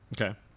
Okay